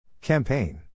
Campaign